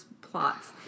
plots